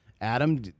Adam